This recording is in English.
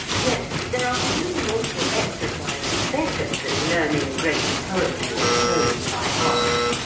yet there are few mental exercises better than learning great poetry or prose by heart.